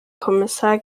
kommissar